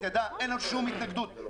אין לנו שום התנגדות.